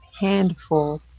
Handful